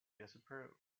disapproved